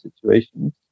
situations